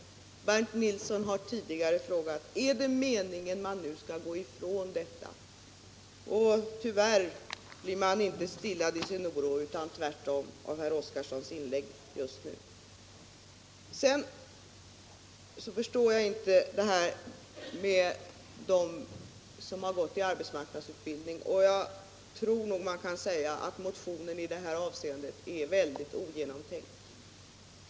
Bernt Nilsson har tidigare frågat: Är det meningen att man nu skall gå ifrån detta? Tyvärr stillas inte vår oro av herr Oskarsons inlägg utan tvärtom. Jag förstår inte herr Oskarsons resonemang om dem som har gått i arbetsmarknadsutbildning. Jag tror nog man kan säga att motionen i det avseendet är väldigt ogenomtänkt.